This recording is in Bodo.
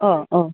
अ अ